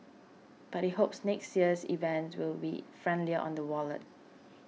but he hopes next year's event will be friendlier on the wallet